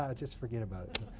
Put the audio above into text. ah just forget about it.